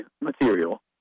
material